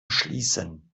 schließen